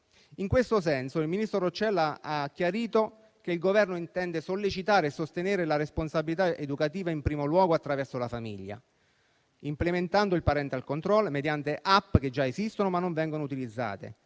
In questo senso, il ministro Roccella ha chiarito che il Governo intende sollecitare e sostenere la responsabilità educativa in primo luogo attraverso la famiglia, implementando il *parental control* mediante *app* che già esistono ma non vengono utilizzate,